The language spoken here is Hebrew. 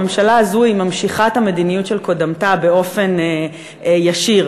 הממשלה הזאת היא ממשיכת המדיניות של קודמתה באופן ישיר.